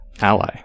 ally